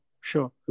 Sure